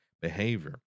behavior